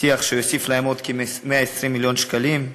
הבטיח שהוא יוסיף להם עוד כ-120 מיליון שקלים,